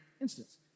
instance